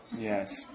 Yes